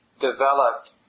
developed